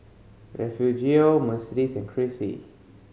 Refugio Mercedes and Crissy